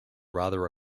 rather